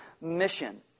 mission